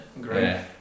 Great